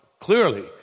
clearly